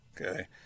Okay